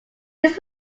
his